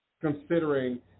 considering